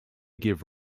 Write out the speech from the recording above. give